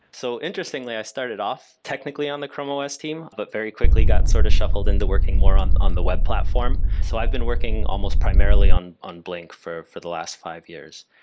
so interestingly, i started off technically on the chrome os team, but very quickly got sort of shuffled into working more on on the web platform. so i've been working almost primarily on on blink for for the last five years.